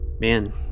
man